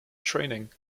training